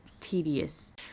tedious